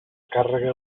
càrrega